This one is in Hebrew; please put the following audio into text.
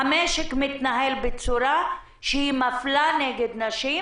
המשק מתנהל בצורה שמפלה נגד נשים